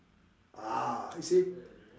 ah you see